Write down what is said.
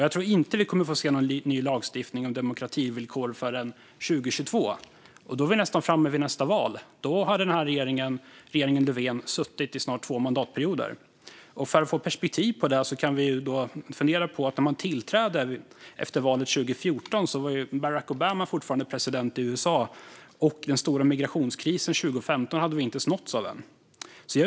Jag tror inte att vi kommer att få se någon ny lagstiftning om demokrativillkor förrän 2022, och då är vi nästan framme vid nästa val och regeringen Löfven har suttit i snart två mandatperioder. För att få perspektiv på det kan vi komma ihåg att när regeringen tillträdde efter valet 2014 var Barack Obama fortfarande president i USA, och migrationskrisen 2015 hade vi ännu inte upplevt.